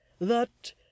that